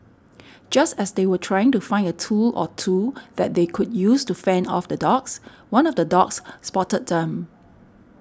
just as they were trying to find a tool or two that they could use to fend off the dogs one of the dogs spotted them